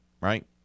right